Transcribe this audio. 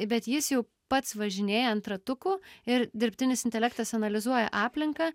bet jis jau pats važinėja ant ratukų ir dirbtinis intelektas analizuoja aplinką